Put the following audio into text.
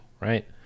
right